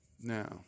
Now